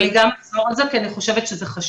אבל אני גם אחזור על זה כי אני חושבת שזה חשוב.